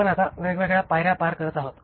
आपण आता वेगवेगळ्या पायर्या पार करत आहोत